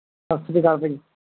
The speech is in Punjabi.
ਸਤਿ ਸ਼੍ਰੀ ਅਕਾਲ ਜੀ